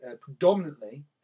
predominantly